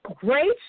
Great